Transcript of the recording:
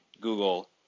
Google